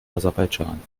aserbaidschan